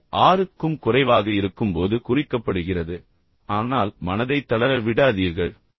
எனவே அது 6 க்கும் குறைவாக இருக்கும்போது குறிக்கப்படுகிறது ஆனால் மனதை தளர விடாதீர்கள்